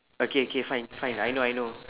okay okay fine fine I know I know